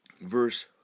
verse